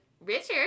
Richard